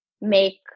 make